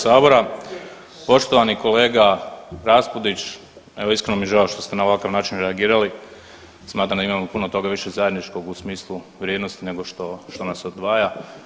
Poštovani kolega Raspudić, evo iskreno mi je žao što ste na ovakav način reagirali, smatram da imamo puno toga više zajedničkog u smislu vrijednosti nego što, što nas odvaja.